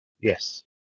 Yes